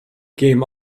game